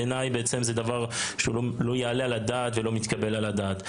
בעיניי זה דבר שלא יעלה על הדעת ולא מתקבל על הדעת.